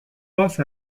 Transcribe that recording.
passe